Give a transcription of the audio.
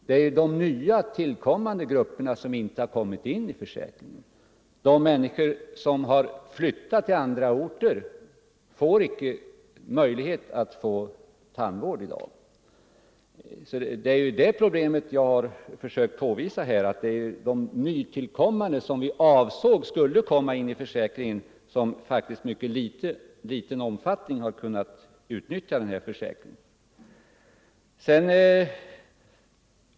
Det är de nytillkommande grupperna som inte kommit in i försäkringen. De människor som flyttat till andra orter har ingen möjlighet att få tandvård i dag. Problemet är att de nytillkommande i mycket liten omfattning kunnat utnyttja försäkringen.